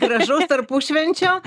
gražaus tarpušvenčio